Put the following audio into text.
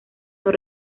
son